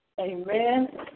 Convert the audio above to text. Amen